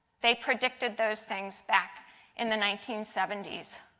they predicted those things back in the nineteen seventy s.